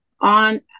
on